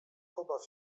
pobaw